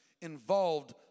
involved